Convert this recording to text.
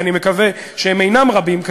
ואני מקווה שהם אינם רבים,